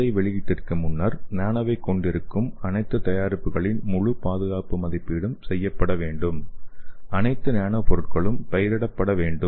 சந்தை வெளியீட்டிற்கு முன்னர் நானோவைக் கொண்டிருக்கும் அனைத்து தயாரிப்புகளின் முழு பாதுகாப்பு மதிப்பீடும் செய்யப்பட வேண்டும் அனைத்து நானோ பொருட் களும் பெயரிடப்பட வேண்டும்